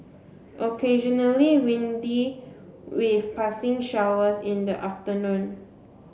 occasionally windy with passing showers in the afternoon